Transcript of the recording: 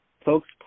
folks